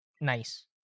nice